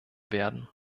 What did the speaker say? werden